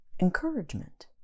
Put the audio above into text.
encouragement